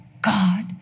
God